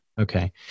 Okay